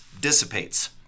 dissipates